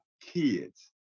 kids